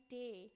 day